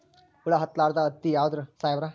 ಹುಳ ಹತ್ತಲಾರ್ದ ಹತ್ತಿ ಯಾವುದ್ರಿ ಸಾಹೇಬರ?